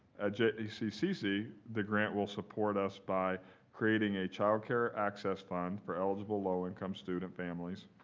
jccc, the grant will support us by creating a child care access fund for eligible low income student families,